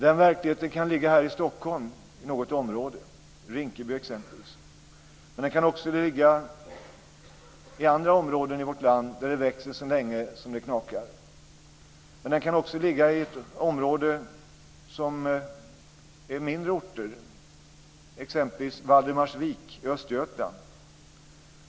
Den verkligheten kan ligga här i Stockholm, i något område som exempelvis Rinkeby. Den kan också ligga i andra områden i vårt land där det sedan länge växer så att det knakar. Men den kan också ligga i ett område med mindre orter, exempelvis Valdemarsvik i Östergötland.